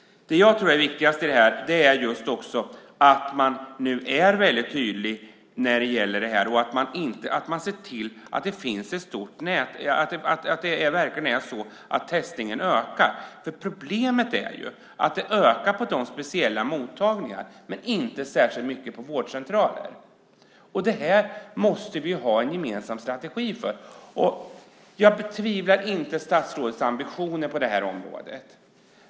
Det jag tror är viktigast i detta är också att man nu är väldigt tydlig med detta och att man ser till att det finns ett stort nätverk så att testningen verkligen ökar. Problemet är ju att det ökar på speciella mottagningar men inte särskilt mycket på vårdcentraler. Det här måste vi ha en gemensam strategi för. Jag betvivlar inte statsrådets ambitioner på det här området.